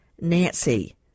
nancy